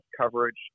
coverage